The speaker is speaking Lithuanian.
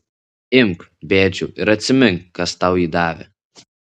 imk bėdžiau ir atsimink kas tau jį davė